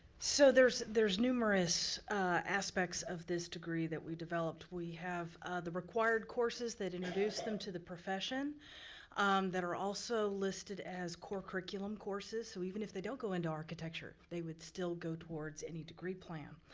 so there's there's numerous aspects of this degree that we developed. we have the required courses that introduce them to the profession that are also listed as core curriculum courses. so even if they don't go into architecture, they would still go towards any degree plan.